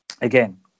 again